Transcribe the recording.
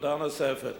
נקודה נוספת,